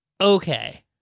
okay